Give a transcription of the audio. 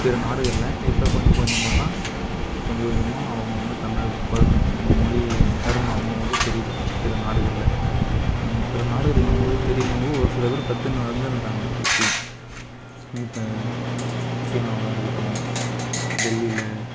பிற நாடுகளில் இப்போ கொஞ்சம் கொஞ்சமாக தான் கொஞ்சம் கொஞ்சமாக அவங்கவுங்க தமிழ் பழக்கம் நம்ம மொழி அருமை அவங்கவுங்களுக்கு தெரியுது பிற நாடுகளில் பிற நாடுகள்னும்போது ஒரு சில பேரு கற்றுனு வந்துனு இருக்காங்க இப்பையும் இப்போ சீனாவில் இருக்கட்டும் டெல்லியில்